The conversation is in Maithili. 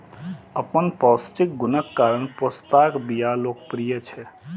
अपन पौष्टिक गुणक कारण पोस्ताक बिया लोकप्रिय छै